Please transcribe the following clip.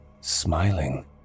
smiling